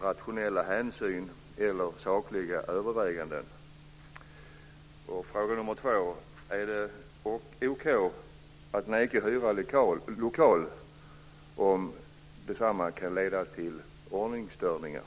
"rationella hänsyn eller sakliga överväganden"? Är det okej att neka någon att hyra lokal om detsamma kan leda till ordningsstörningar?